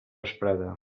vesprada